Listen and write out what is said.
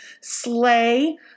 slay